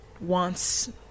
wants